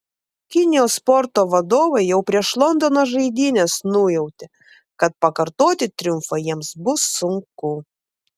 kinijos sporto vadovai jau prieš londono žaidynes nujautė kad pakartoti triumfą jiems bus sunku